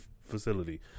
facility